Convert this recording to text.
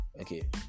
okay